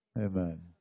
Amen